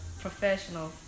professional